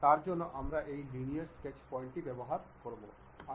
তার জন্য আমরা এই লিনিয়ার স্কেচ প্যাটার্নটি ব্যবহার করি